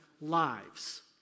lives